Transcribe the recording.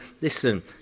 listen